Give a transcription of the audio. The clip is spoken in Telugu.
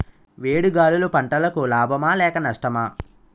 వేడి గాలులు పంటలకు లాభమా లేక నష్టమా?